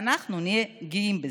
ואנחנו נהיה גאים בזה.